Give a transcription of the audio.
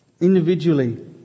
Individually